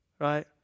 right